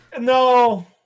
No